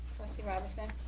robinson?